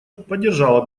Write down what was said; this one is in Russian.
поддержала